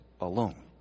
alone